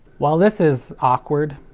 well this is, awkward.